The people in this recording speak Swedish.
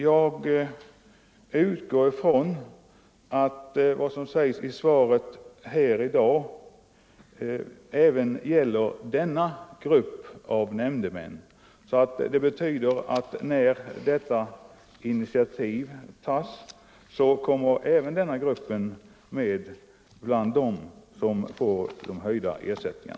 Jag utgår från att vad som sägs i svaret i dag även gäller denna grupp av nämndemän. Det betyder att när detta initiativ tas även denna grupp kommer med bland dem som får höjda ersättningar.